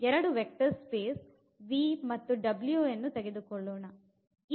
ಎರಡು vector space ತೆಗೆದುಕೊಳ್ಳೋಣ